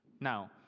Now